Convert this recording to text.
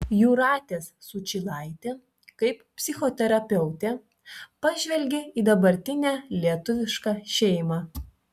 jūratės sučylaitė kaip psichoterapeutė pažvelgė į dabartinę lietuvišką šeimą